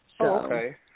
Okay